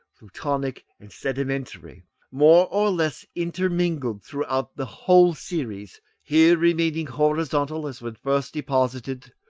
plutonic, and sedimentary more or less intermingled throughout the whole series, here remaining horizontal as when first deposited,